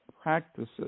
practices